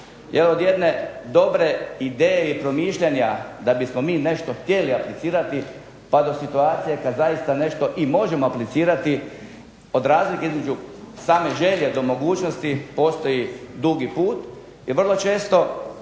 Jer od jedne dobre ideje i promišljanja da bismo mi nešto htjeli aplicirati, pa do situacije kad zaista i možemo nešto aplicirati od razlike između same želje do mogućnosti postoji dugi put. I vrlo često